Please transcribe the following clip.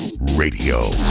Radio